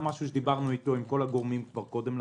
זה משהו שדיברנו עליו עם כל הגורמים קודם לכן.